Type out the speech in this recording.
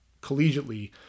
collegiately